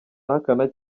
ahakana